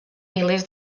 milers